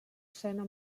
sena